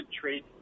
trade